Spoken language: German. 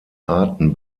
arten